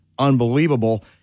Unbelievable